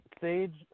Sage